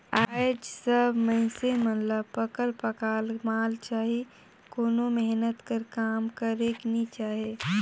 आएज सब मइनसे मन ल पकल पकाल माल चाही कोनो मेहनत कर काम करेक नी चाहे